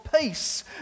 Peace